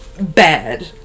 bad